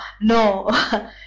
no